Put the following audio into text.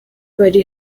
bari